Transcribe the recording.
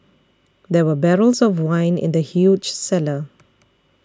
there were barrels of wine in the huge cellar